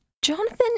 Jonathan